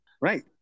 Right